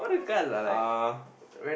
uh